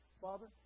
Father